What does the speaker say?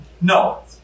No